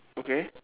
okay